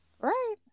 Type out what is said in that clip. right